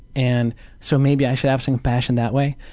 and so maybe i should have some compassion that way.